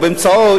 או באמצעו,